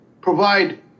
provide